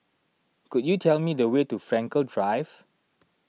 could you tell me the way to Frankel Drive